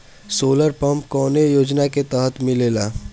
Solar pump कौने योजना के तहत मिलेला?